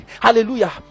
Hallelujah